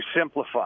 simplify